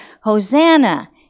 Hosanna